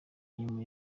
nyuma